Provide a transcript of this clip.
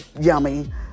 yummy